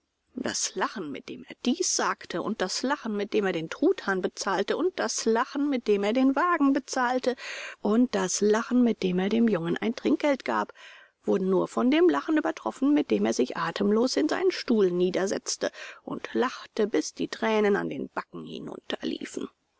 das lachen mit dem er dies sagte und das lachen mit dem er den truthahn bezahlte und das lachen mit dem er den wagen bezahlte und das lachen mit dem er dem jungen ein trinkgeld gab wurden nur von dem lachen übertroffen mit dem er sich atemlos in seinen stuhl niedersetzte und lachte bis die thränen an den backen